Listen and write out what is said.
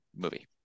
movie